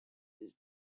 used